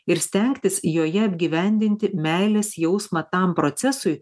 ir stengtis joje apgyvendinti meilės jausmą tam procesui